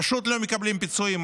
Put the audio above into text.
פשוט לא מקבלים פיצויים.